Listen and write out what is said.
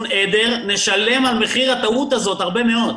עדר נשלם על מחיר הטעות הזאת הרבה מאוד,